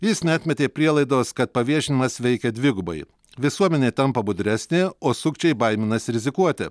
jis neatmetė prielaidos kad paviešinimas veikia dvigubai visuomenė tampa budresnė o sukčiai baiminasi rizikuoti